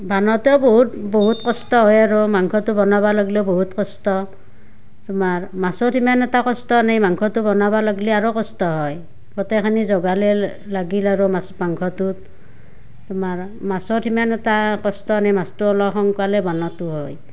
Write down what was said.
বনাওতে বহুত বহুত কষ্ট হয় আৰু মাংসটো বনাব লাগিলেও বহুত কষ্ট তোমাৰ মাছৰ সিমান এটা কষ্ট নাই মাংসটো বনাব লাগিলে আৰু কষ্ট হয় গোটেইখিনি যোগালে লাগিল আৰু মাছ মাংসটোত তোমাৰ মাছৰ সিমান এটা কষ্ট ন মাছটো অলপ সোনকালে বনোৱাতো হয়